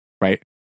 right